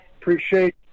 Appreciate